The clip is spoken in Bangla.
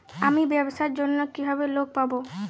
আমি ব্যবসার জন্য কিভাবে লোন পাব?